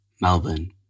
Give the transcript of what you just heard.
Melbourne